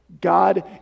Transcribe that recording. God